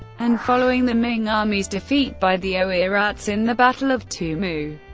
and following the ming army's defeat by the oirats in the battle of tumu.